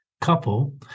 couple